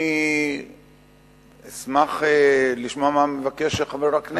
אני אשמח לשמוע מה מבקש חבר הכנסת.